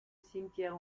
cimetière